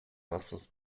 wassers